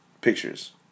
pictures